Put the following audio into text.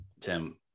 Tim